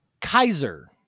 Kaiser